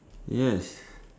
yes